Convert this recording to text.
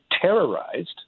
terrorized